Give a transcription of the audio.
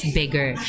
bigger